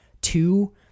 Two